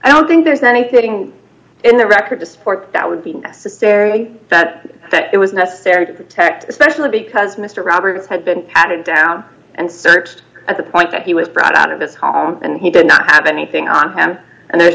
i don't think there's anything in the record to support that would be necessary that it was necessary to protect especially because mr roberts had been added down and searched at the point that he was brought out of this high and he did not have anything on him and there's